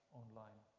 online